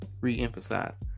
re-emphasize